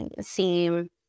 seem